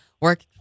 work